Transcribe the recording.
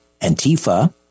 Antifa